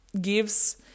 gives